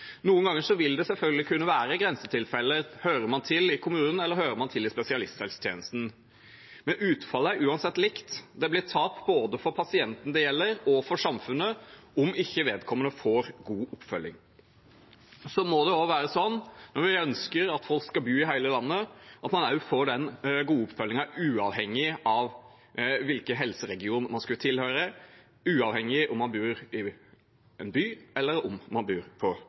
Noen ganger vil det selvfølgelig kunne være grensetilfeller: Hører man til i kommunen, eller hører man til i spesialisthelsetjenesten? Men utfallet er uansett likt – det blir tap både for pasienten det gjelder og for samfunnet om ikke vedkommende får god oppfølging. Så må det også være slik, når vi ønsker at folk skal bo i hele landet, at man også får den gode oppfølgingen uavhengig av hvilken helseregion man tilhører, uavhengig av om man bor i en by, eller om man bor på